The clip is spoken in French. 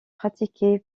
pratiquée